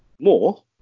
More